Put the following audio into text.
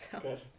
Good